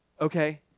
Okay